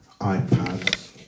iPads